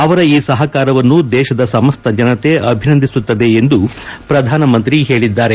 ಅವರ ಈ ಸಹಕಾರವನ್ನು ದೇಶದ ಸಮಸ್ತ ಜನತೆ ಅಭಿನಂದಿಸುತ್ತದೆ ಎಂದು ಪ್ರಧಾನಿ ಹೇಳದ್ದಾರೆ